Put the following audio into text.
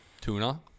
Tuna